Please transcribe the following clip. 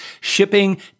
shipping